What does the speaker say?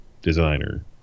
designer